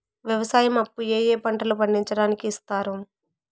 వ్యవసాయం అప్పు ఏ ఏ పంటలు పండించడానికి ఇస్తారు?